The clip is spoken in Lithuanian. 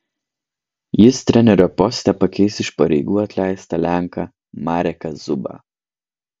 jis trenerio poste pakeis iš pareigų atleistą lenką mareką zubą